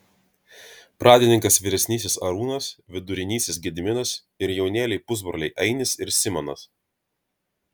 pradininkas vyresnysis arūnas vidurinysis gediminas ir jaunėliai pusbroliai ainis ir simonas